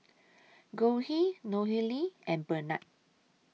Goldie Nohely and Bernard